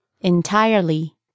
Entirely